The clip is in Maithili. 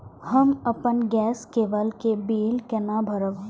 हम अपन गैस केवल के बिल केना भरब?